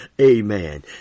Amen